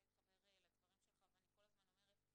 אני רוצה להתחבר לדברים שלך ואני כל הזמן אומרת,